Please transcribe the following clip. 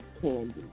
Candy